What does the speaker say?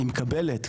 היא מקבלת.